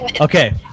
Okay